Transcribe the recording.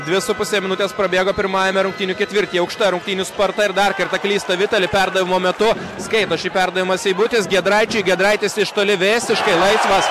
dvi su puse minutės prabėgo pirmajame rungtynių ketvirtyje aukšta rungtynių sparta ir dar kartą klysta vitali perdavimo metu skaito šį perdavimą seibutis giedraičiui giedraitis iš toli visiškai laisvas